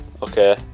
Okay